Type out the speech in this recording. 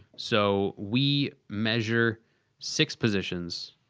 so, we measure six positions,